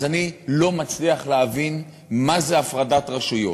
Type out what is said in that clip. אז אני לא מצליח להבין מה זה הפרדת רשויות.